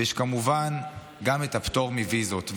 יש כמובן גם את הפטור מוויזות.